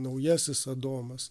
naujasis adomas